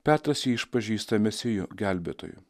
petras jį išpažįsta mesiju gelbėtoju